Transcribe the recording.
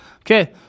Okay